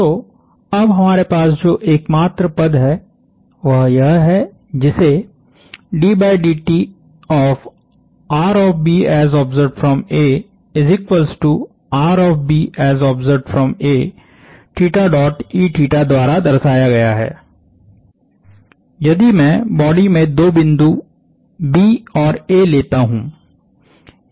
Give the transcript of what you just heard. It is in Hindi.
तो अब हमारे पास जो एकमात्र पद है वह यह है जिसे द्वारा दर्शाया गया है यदि मैं बॉडी में दो बिंदु B और A लेता हूं